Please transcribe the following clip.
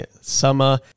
summer